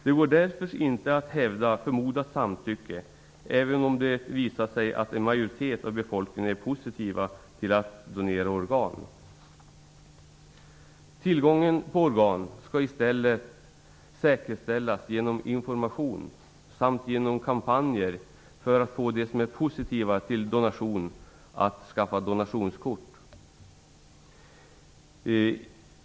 Det går därför inte att hävda förmodat samtycke även om det visat sig att en majoritet av befolkningen är positiv till att donera organ. Tillgången på organ skall i stället säkerställas genom information samt genom kampanjer för att få de som är positiva till donation att skaffa donationskort.